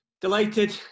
Delighted